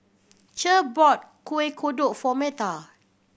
Cher bought Kueh Kodok for Metha